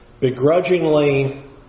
begrudgingly